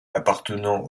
appartenant